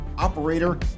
operator